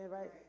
right